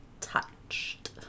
touched